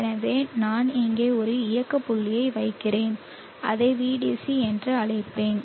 எனவே நான் இங்கே ஒரு இயக்க புள்ளியை வைக்கிறேன் அதை Vdc என்று அழைப்பேன்